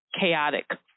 chaotic